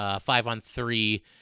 five-on-three